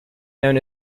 known